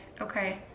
okay